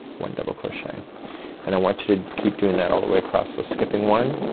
one double crochet and i want you to keep doing that all the way across. so skipping one,